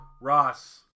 Ross